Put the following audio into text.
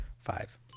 Five